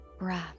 Breath